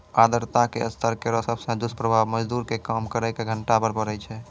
आर्द्रता के स्तर केरो सबसॅ दुस्प्रभाव मजदूर के काम करे के घंटा पर पड़ै छै